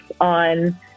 on